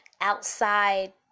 outside